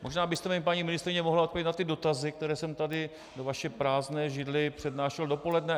Možná byste mi, paní ministryně, mohla odpovědět na ty dotazy, které jsem tady k vaší prázdné židli přednášel dopoledne.